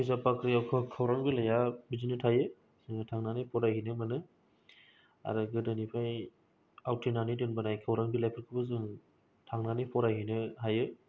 बिजाब बाख्रिआव ख खौरां बिलाइआ बिदिनो थायो जों थांनानै फराय हैनो मोनो आरो गोदोनिफ्राय आवथिनानै दोनबोनाय खौरां बिलाइफोरखौबो जों थानानै फरायहैनो हायो